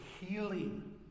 healing